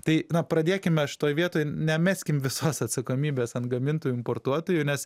tai na pradėkime šitoj vietoj nemeskim visas atsakomybes ant gamintojų importuotojų nes